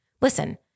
Listen